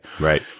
right